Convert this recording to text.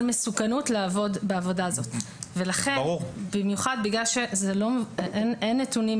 מסוכנות לעבוד בעבודה הזאת ולכן במיוחד בגלל שאין נתונים